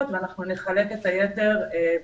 כבר חולקו למעלה מ-7,000 ערכות ואנחנו נחלק את היתר בחודשים